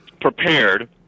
prepared